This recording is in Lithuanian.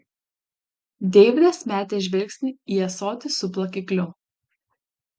deividas metė žvilgsnį į ąsotį su plakikliu